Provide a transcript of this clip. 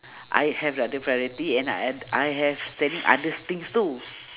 I have lah the priority and I d~ I have selling others things too